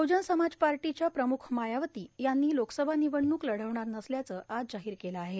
बहुजन समाज पार्टीच्या प्रमुख मायावती यांनी आज लोकसभा निवडणूक लढवणाऱ नसल्याचं जाहीर केलं आहे